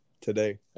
today